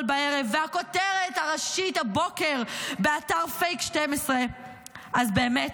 בערב ולכותרת הראשית הבוקר באתר פייק 12. אז באמת,